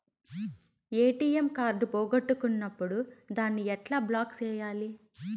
ATM card పోగొట్టుకున్నప్పుడు దాన్ని ఎట్లా బ్లాక్ సేయాలి